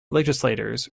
legislators